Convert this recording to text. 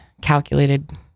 calculated